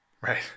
Right